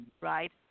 right